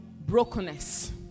brokenness